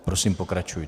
Prosím, pokračujte.